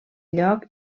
lloc